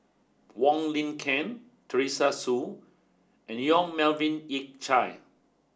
Wang Lin Ken Teresa Hsu and Yong Melvin Yik Chye